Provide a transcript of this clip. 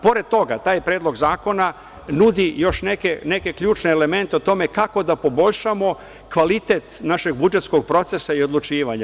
Pored toga, taj predlog zakona nudi još neke ključne elemente o tome kako da poboljšamo kvalitet našeg budžetskog procesa i odlučivanja.